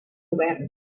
govern